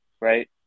right